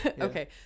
Okay